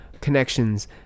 connections